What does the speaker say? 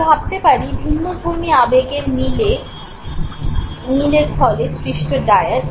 আমরা ভাবতে পারি ভিন্নধর্মী আবেগের মিলের ফলে সৃষ্ট ডায়াড